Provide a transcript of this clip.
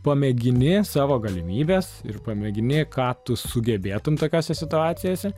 pamėgini savo galimybes ir pamėgini ką tu sugebėtum tokiose situacijose